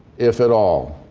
if at all.